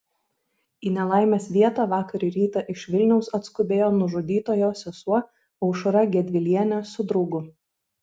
į nelaimės vietą vakar rytą iš vilniaus atskubėjo nužudytojo sesuo aušra gedvilienė su draugu